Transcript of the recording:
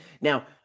Now